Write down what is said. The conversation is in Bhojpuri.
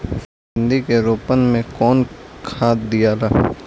भिंदी के रोपन मे कौन खाद दियाला?